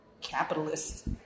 capitalist